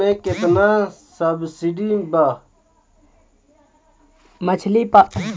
मछली पालन मे केतना सबसिडी बा?